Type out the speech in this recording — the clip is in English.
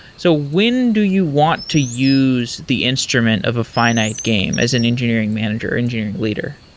so when do you want to use the instrument of a finite game as an engineering manager, engineering leader?